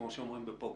כמו שאמר ד"ר פלדמן,